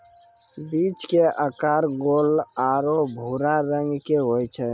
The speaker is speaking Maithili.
बीज के आकार गोल आरो भूरा रंग के होय छै